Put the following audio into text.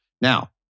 Now